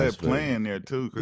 ah playing there too.